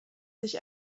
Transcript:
sich